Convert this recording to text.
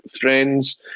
friends